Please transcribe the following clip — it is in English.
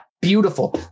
beautiful